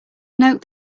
note